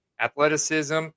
athleticism